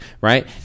right